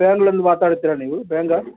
ಬ್ಯಾಂಕ್ಲಿಂದ ಮಾತಾಡ್ತೀರ ನೀವು ಬ್ಯಾಂಗ